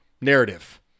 narrative